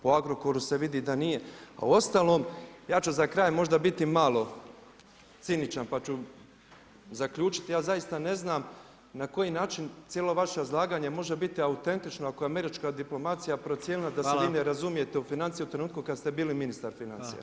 Po Agrokoru se vidi da nije, a uostalom ja ću za kraj možda biti malo ciničan pa ću zaključiti, ja zaista ne znam na koji način cijelo vaše izlaganje može biti autentično ako je američka diplomacija procijenila da se vi ne razumijete u financije u trenutku kad ste bili ministar financija.